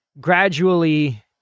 gradually